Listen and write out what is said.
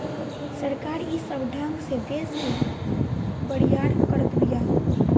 सरकार ई सब ढंग से देस के बरियार करत बिया